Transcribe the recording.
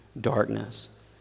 darkness